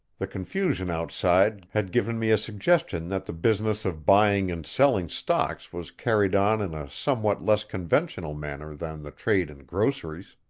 the confusion outside had given me a suggestion that the business of buying and selling stocks was carried on in a somewhat less conventional manner than the trade in groceries.